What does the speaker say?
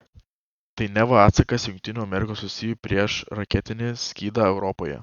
tai neva atsakas į jungtinių amerikos valstijų priešraketinį skydą europoje